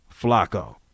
flacco